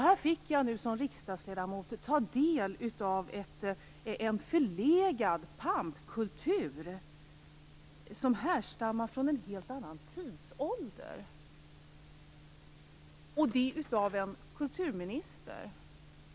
Här fick jag nu som riksdagsledamot ta del av en förlegad pampkultur, som härstammar från en helt annan tidsålder, och det av en kulturminister.